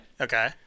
Okay